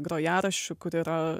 grojaraščių kur yra